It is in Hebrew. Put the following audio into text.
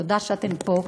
תודה שאתן פה.